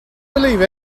believe